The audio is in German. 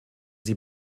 sie